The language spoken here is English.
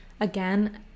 again